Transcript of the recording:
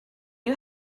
you